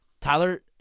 Tyler